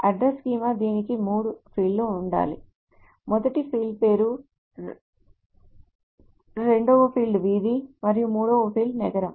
address schema దీనికి మూడు ఫీల్డ్లు ఉండాలి మొదటి ఫీల్డ్ పేరు రెండవ ఫీల్డ్ street మరియు మూడవ ఫీల్డ్ నగరం